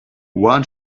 one